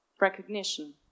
recognition